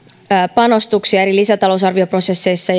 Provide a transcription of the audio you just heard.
panostuksia eri lisätalousarvioprosesseissa